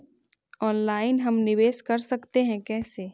Online हम निवेश कर सकते है, कैसे?